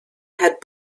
had